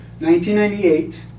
1998